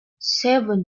seven